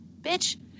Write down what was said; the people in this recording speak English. bitch